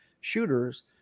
shooters